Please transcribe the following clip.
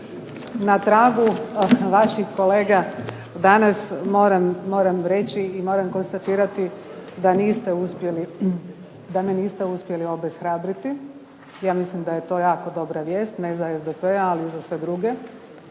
na tragu vaših kolega danas moram reći i moram konstatirati da me niste uspjeli obeshrabriti. Ja mislim da je to jako dobra vijest, ne za SDP ali za sve druge,